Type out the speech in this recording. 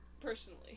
personally